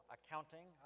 Accounting